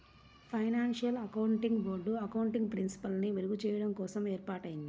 financial accounting board accounting ప్రిన్సిపల్స్ని మెరుగుచెయ్యడం కోసం ఏర్పాటయ్యింది